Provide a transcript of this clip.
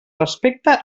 respecte